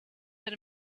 that